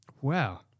Wow